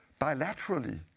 Bilaterally